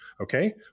Okay